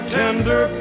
tender